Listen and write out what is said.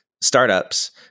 startups